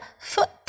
foot